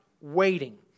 waiting